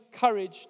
courage